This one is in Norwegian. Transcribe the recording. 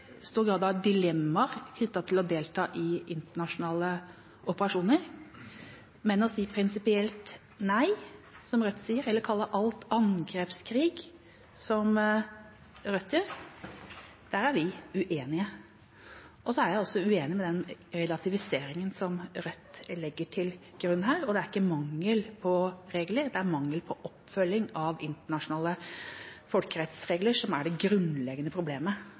stor grad av dilemmaer knyttet til å delta i internasjonale operasjoner, men til det å si prinsipielt nei, som Rødt gjør, eller å kalle alt angrepskrig, som Rødt gjør: Der er vi uenige. Jeg er også uenig i den relativiseringen som Rødt legger til grunn her. Det er ikke mangel på regler, det er mangel på oppfølging av internasjonale folkerettsregler som er det grunnleggende problemet